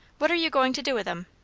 what are you going to do with em?